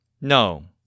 No